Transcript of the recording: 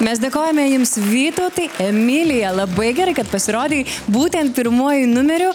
mes dėkojame jums vytautai emilija labai gerai kad pasirodei būtent pirmuoju numeriu